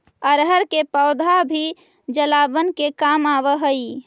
अरहर के पौधा भी जलावन के काम आवऽ हइ